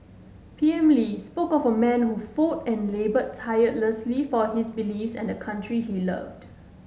PM Lee spoke of a man who fought and laboured tirelessly for his beliefs and the country he loved